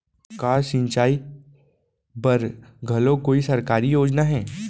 का सिंचाई बर घलो कोई सरकारी योजना हे?